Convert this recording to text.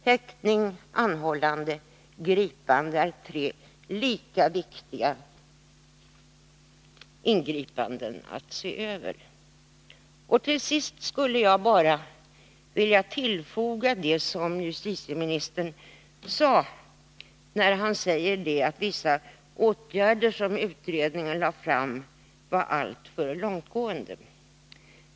Häktning, anhållande och gripande är tre lika viktiga ingripanden att se över. Till sist skulle jag bara vilja tillfoga en sak till det som justitieministern sade om att vissa åtgärder som utredningen föreslog var alltför långtgående.